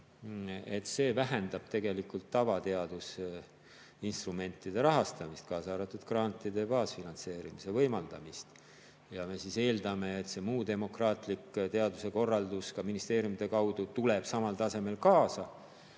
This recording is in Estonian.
vähendab tegelikult tavateaduse instrumentide rahastamist, kaasa arvatud grantide baasfinantseerimise võimaldamist. Aga me eeldame, et see [üldine] demokraatlik teaduse korraldus ka ministeeriumide kaudu tuleb samal tasemel kaasa. Mul